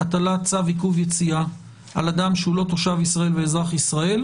הטלת צו עיכוב יציאה על אדם שהוא לא תושב ישראל ולא אזרח ישראל,